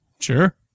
sure